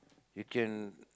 you can